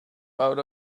out